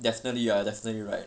definitely you are definitely right